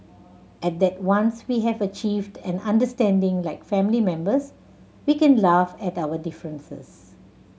and that once we have achieved an understanding like family members we can laugh at our differences